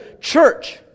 church